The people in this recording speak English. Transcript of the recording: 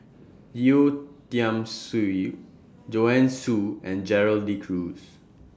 Yeo Tiam Siew Joanne Soo and Gerald De Cruz